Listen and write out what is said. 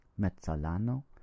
Mezzalano